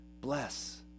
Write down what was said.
bless